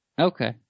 Okay